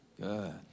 Good